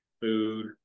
food